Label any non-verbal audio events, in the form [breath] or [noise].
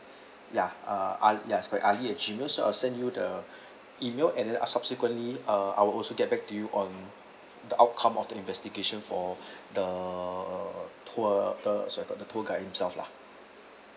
ya uh I'll ya correct ali actually so I will send you the [breath] email and then I'll subsequently uh I will also get back to you on the outcome of the investigation for [breath] the tour the sir on the tour guide himself lah